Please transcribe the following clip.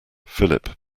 philip